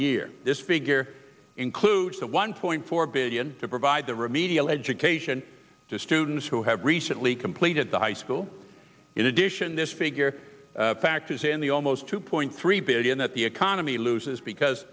year this figure includes one point four billion to provide the remedial education to students who have recently completed the high school in addition this figure factors in the almost two point three billion that the economy loses because